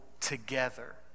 together